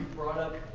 brought up,